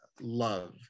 love